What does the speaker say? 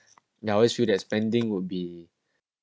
now as feel that spending would be